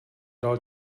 dále